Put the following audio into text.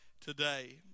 today